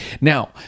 Now